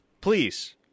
Please